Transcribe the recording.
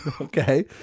Okay